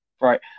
Right